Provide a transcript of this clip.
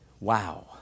Wow